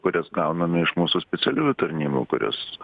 kurias gauname iš mūsų specialiųjų tarnybų kurios